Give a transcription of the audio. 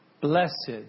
Blessed